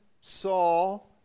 Saul